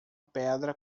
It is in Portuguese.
pedra